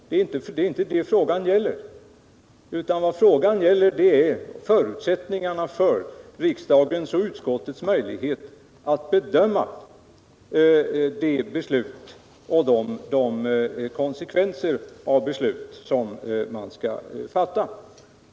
Men det är inte detta frågan gäller, utan den gäller förutsättningarna för riksdagen och utskottet att bedöma konsekvenserna av det beslut som skall fattas.